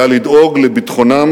היה לדאוג לביטחונם